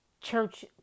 church